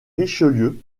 richelieu